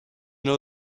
know